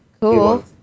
Cool